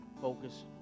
focus